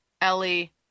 Ellie